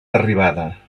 arribada